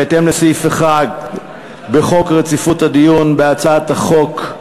בהתאם לסעיף 1 בחוק רציפות הדיון בהצעות חוק,